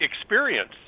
experience